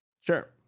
Sure